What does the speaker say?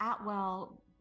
atwell